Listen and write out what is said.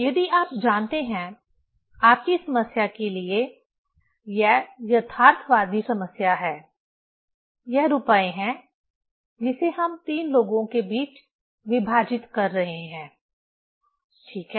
यदि आप जानते हैं आपकी समस्या के लिए यह यथार्थवादी समस्या है यह रुपए हैं जिसे हम तीन लोगों के बीच विभाजित कर रहे हैं ठीक है